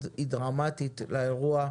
היא דרמטית לאירוע.